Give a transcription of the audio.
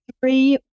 three